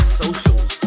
socials